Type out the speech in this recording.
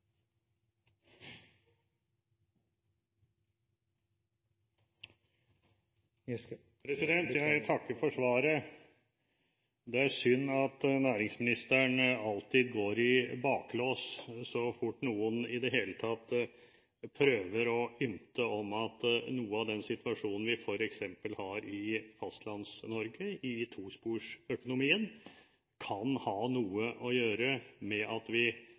synd at næringsministeren alltid går i baklås så fort noen i det hele tatt prøver å ymte om at noe av den situasjonen vi f.eks. har i Fastlands-Norge, i tosporsøkonomien, kan ha noe å gjøre med at vi